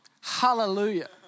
Hallelujah